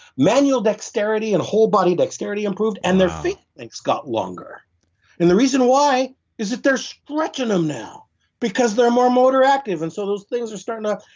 manual dexterity and whole body dexterity improved and their feet, it's got longer and the reason why is that they're stretching them now because they are more motor active and so those things are starting to,